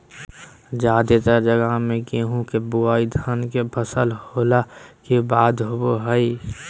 जादेतर जगह मे गेहूं के बुआई धान के फसल होला के बाद होवो हय